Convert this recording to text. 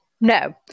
no